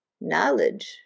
knowledge